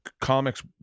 comics